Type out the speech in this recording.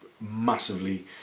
massively